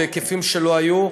בהיקפים שלא היו.